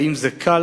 האם זה קל?